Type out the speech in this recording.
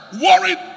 worried